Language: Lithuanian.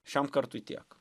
šiam kartui tiek